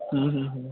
ହୁଁ ହୁଁ ହୁଁ